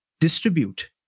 distribute